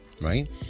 right